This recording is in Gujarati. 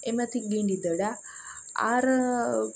એમાંથી ગેડી દડા આ ર